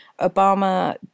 Obama